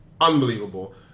unbelievable